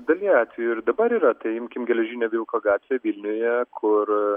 dalyje atvejų ir dabar yra tai imkim geležinio vilko gatvę vilniuje kur